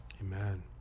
Amen